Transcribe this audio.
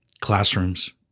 classrooms